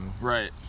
Right